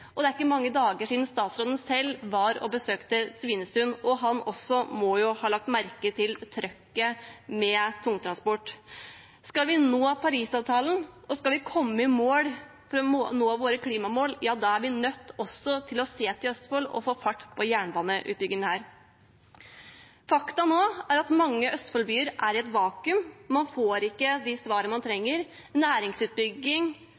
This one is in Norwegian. Det er ikke mange dager siden statsråden selv var og besøkte Svinesund, og han også må ha lagt merke til trøkket med tungtransport. Skal vi nå målene i Parisavtalen, og skal vi nå våre klimamål, er vi nødt til også å se til Østfold og få fart på jernbaneutbyggingen der. Faktum nå er at mange Østfold-byer er i et vakuum. Man får ikke de svarene man